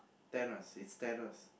Thanos it's Thanos